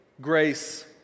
grace